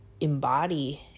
embody